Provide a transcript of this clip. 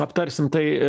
aptarsim tai